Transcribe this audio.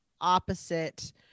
opposite